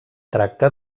tracta